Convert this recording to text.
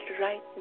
right